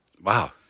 Wow